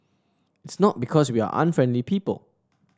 it's not because we are unfriendly people